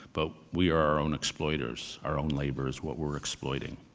but we are our own exploiters, our own labor is what we're exploiting.